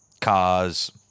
cars